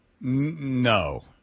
No